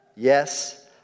Yes